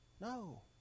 No